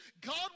God